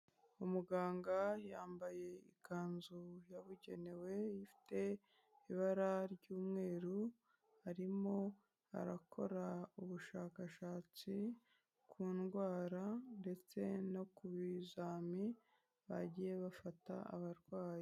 Umuganga yambaye ikanzu yabugenewe ifite ibara ry'umweru, arimo arakora ubushakashatsi ku ndwara ndetse no ku bizami bagiye bafata abarwayi.